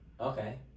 Okay